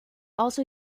also